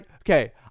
okay